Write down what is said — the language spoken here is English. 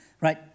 Right